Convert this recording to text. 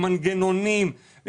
עם מנגנונים,